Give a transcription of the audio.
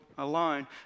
alone